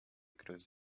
cruised